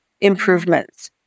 improvements